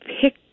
pick